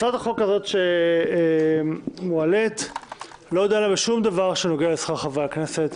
הצעת החוק שמועלית לא דנה בשום דבר שנוגע לשכר חברי הכנסת,